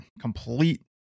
complete